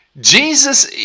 Jesus